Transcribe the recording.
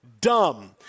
Dumb